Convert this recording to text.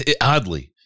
oddly